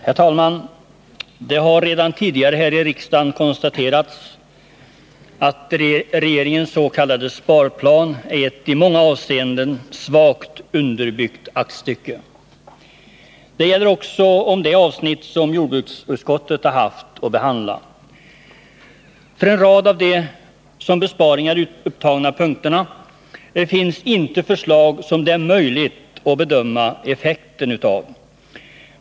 Herr talman! Det har redan tidigare här i riksdagen konstaterats att regeringens s.k. sparplan är ett i många avseenden svagt underbyggt aktstycke. Det gäller också om det avsnitt som jordbruksutskottet har haft att behandla. För en rad av de som besparingar upptagna punkterna finns inte förslag som det är möjligt att bedöma effekten av.